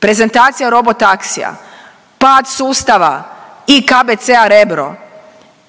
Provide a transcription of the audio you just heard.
prezentacija robo taksija, pad sustava i KBC-a Rebro,